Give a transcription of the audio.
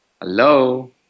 Hello